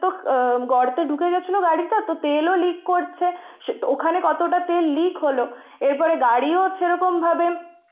তো গর্তে ঢুকে গেছিলো গাড়িটা তো তেলও লিক করছে সেটা ওখানে কতটা তেল লিক হলো এরপরে গাড়িও সেরকমভাবে